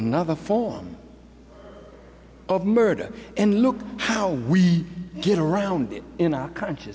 another form of murder and look how we get around it in our co